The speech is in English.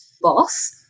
boss